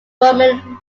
roman